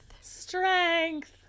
Strength